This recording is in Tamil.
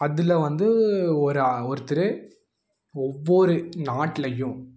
அதில் வந்து ஒரு ஆ ஒருத்தர் ஒவ்வொரு நாட்டிலையும்